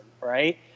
right